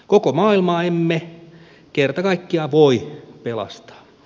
koko maailmaa emme kerta kaikkiaan voi pelastaa